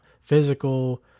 physical